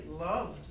loved